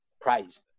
praise